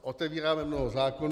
Otevíráme mnoho zákonů.